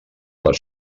les